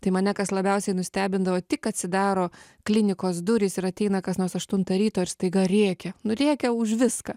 tai mane kas labiausiai nustebindavo tik atsidaro klinikos durys ir ateina kas nors aštuntą ryto ir staiga rėkia nu rėkia už viską